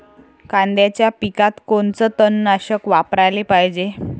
कांद्याच्या पिकात कोनचं तननाशक वापराले पायजे?